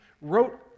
wrote